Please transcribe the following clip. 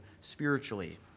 spiritually